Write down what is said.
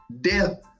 death